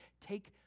take